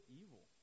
evil